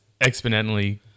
exponentially